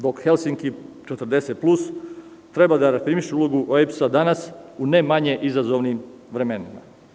Zbog Helsinki 40 plus treba da redefiniše ulogu OEBS-a danas u ne manje izazovnim vremenima.